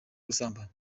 gusambana